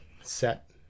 set